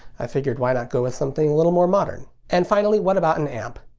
i figured, why not go with something a little more modern? and finally, what about an amp?